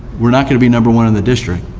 we're not gonna be number one in the district.